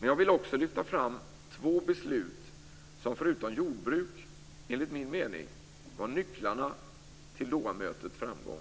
Men jag vill också lyfta fram två beslut som, förutom jordbruk, enligt min mening var nycklarna till Dohamötets framgång.